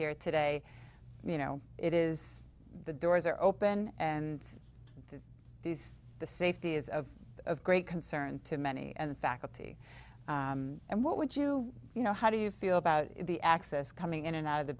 here today you know it is the doors are open and these the safety is of of great concern to many and faculty and what would you you know how do you feel about the access coming in and out of the